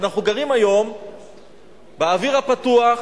אבל אנחנו גרים היום באוויר הפתוח,